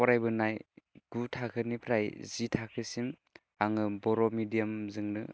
फरायबोनाय गु थाखोनिफ्राइ जि थाखोसिम आङो बर' मेडियामजोंनो